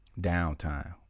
downtime